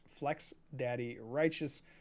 FlexDaddyRighteous